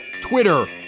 Twitter